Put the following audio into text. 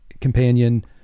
companion